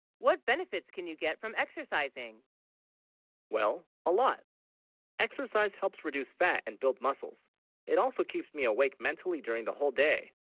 what benefits can, you get from exercising well a lot exercise helps reduce fat and build muscles it also keeps me awake mentally during the whole day